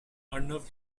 arnav